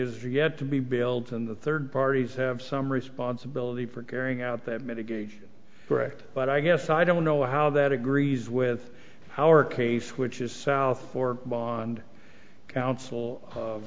yet to be built and the third parties have some responsibility for carrying out that mitigation correct but i guess i don't know how that agrees with our case which is south or bond council